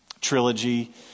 trilogy